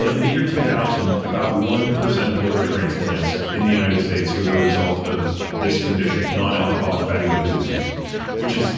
you know in the year two thousand about one percent of liver transplants in the united states were the result of this condition non-alcoholic fatty liver disease which is